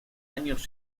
años